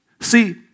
See